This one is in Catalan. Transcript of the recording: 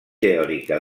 teòrica